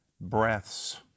breaths